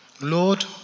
Lord